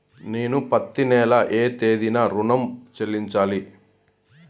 నేను పత్తి నెల ఏ తేదీనా ఋణం చెల్లించాలి?